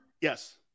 Yes